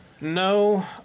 No